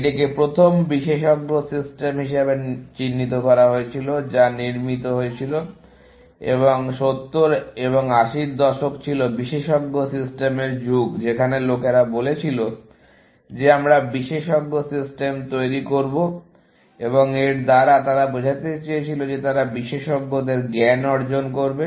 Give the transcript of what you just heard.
এটিকে প্রথম বিশেষজ্ঞ সিস্টেম হিসাবে চিহ্নিত করা হয়েছিল যা নির্মিত হয়েছিল এবং 70 এবং 80 এর দশক ছিল বিশেষজ্ঞ সিস্টেমের যুগ যেখানে লোকেরা বলেছিল যে আমরা বিশেষজ্ঞ সিস্টেম তৈরি করব এবং এর দ্বারা তারা বোঝাতে চেয়েছিল যে তারা বিশেষজ্ঞদের জ্ঞান অর্জন করবে